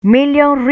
Million